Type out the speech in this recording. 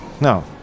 no